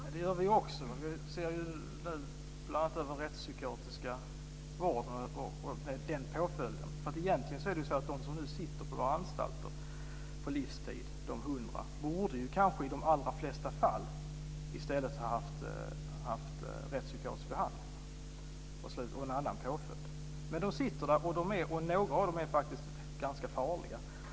Fru talman! Det gör vi också. Vi ser nu bl.a. över påföljden rättsspykiatrisk vård. De hundra som nu sitter på våra anstalter på livstid borde kanske i de allra flesta fall i stället ha haft rättspsykiatrisk behandling och en annan påföljd, men de sitter där. Några av dessa personer är faktiskt ganska farliga.